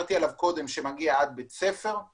שדברתי עליו קודם שמגיע עד בית ספר זה